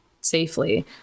safely